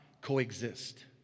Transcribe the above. coexist